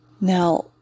Now